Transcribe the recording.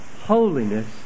holiness